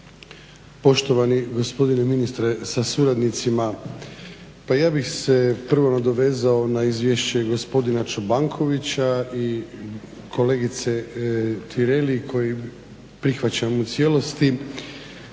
Poštovani gospodine ministre sa suradnicima. Pa ja bih se prvo dovezao na izvješće gospodina Čobankovića i kolegice Tireli koji prihvaćam u cijelosti.